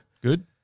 Good